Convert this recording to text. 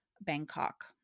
Bangkok